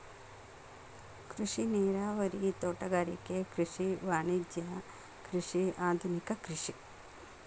ಕೃಷಿ ನೇರಾವರಿ, ತೋಟಗಾರಿಕೆ ಕೃಷಿ, ವಾಣಿಜ್ಯ ಕೃಷಿ, ಆದುನಿಕ ಕೃಷಿ